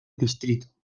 distrito